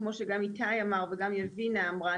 כמו שגם איתי אמר וגם יבינה אמרה,